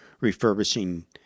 refurbishing